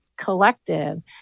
collective